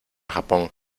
japón